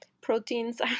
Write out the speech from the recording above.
proteins